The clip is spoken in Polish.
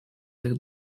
tych